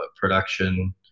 production